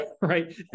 right